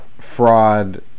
fraud